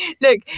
Look –